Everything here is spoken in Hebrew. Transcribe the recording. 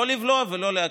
לא לבלוע ולא להקיא,